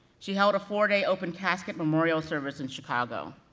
she held a four day open casket memorial service in chicago.